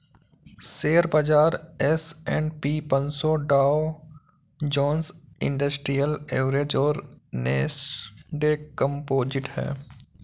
share बाजार S and P पनसो Dow Jones industrial average और नैस्डैक कंपोजिट है